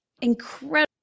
incredible